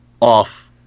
off